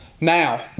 Now